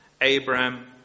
Abraham